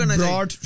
broad